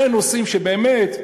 אלה נושאים שבאמת,